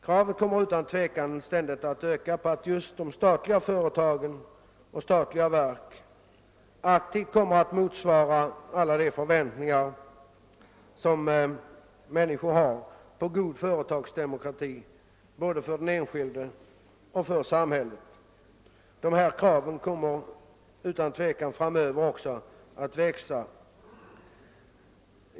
Kraven kommer utan tvivel att öka på att just de statliga företagen och verken skall motsvara de förväntningar människor har på god företagsdemokrati både för den enskilde och för samhället. Dessa krav kommer utan tvivel att bli starkare framöver.